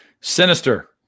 Sinister